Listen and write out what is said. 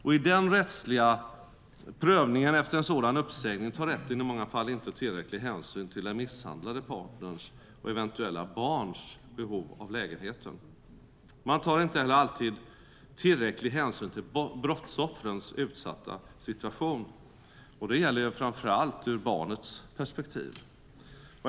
I den rättsliga prövningen efter en sådan uppsägning tar rätten i många fall inte tillräcklig hänsyn till den misshandlade partnerns och eventuella barns behov av lägenheten. Man tar inte heller alltid tillräcklig hänsyn till brottsoffrens utsatta situation. Det gäller framför allt ur barnets perspektiv.